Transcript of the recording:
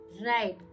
right